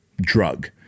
drug